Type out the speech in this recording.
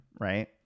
right